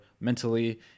mentally